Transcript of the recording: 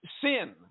sin